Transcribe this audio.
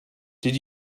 did